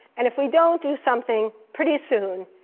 and if we don't do something pretty soon,